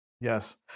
Yes